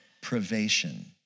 privation